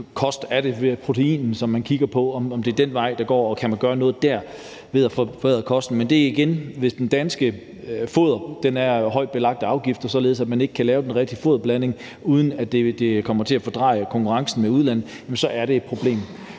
på. Er det proteinet? Er det den vej, man skal gå, og kan man gøre noget der ved at forbedre kosten? Men der er det igen sådan, at hvis det danske foder er belagt med høje afgifter, således at man ikke kan lave den rigtige foderblanding, uden at det kommer til at forvride konkurrencen med udlandet, så er det et problem.